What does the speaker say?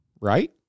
Right